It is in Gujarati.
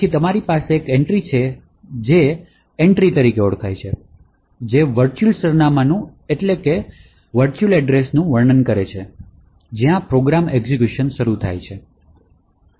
પછી તમારી પાસે એન્ટ્રી છે જે એન્ટ્રી તરીકે ઓળખાય છે જે વર્ચુઅલ સરનામાંનું વર્ણન કરે છે જ્યાં પ્રોગ્રામ એક્ઝેક્યુશન શરૂ થાય છે